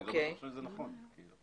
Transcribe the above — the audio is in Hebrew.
לא בטוח שזה נכון.